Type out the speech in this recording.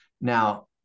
Now